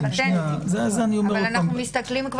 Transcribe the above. אבל אנחנו מסתכלים,